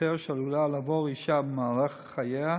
ביותר שעלולה לעבור אישה במהלך חייה,